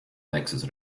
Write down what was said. naxos